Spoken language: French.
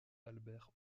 albert